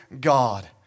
God